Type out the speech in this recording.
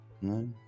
No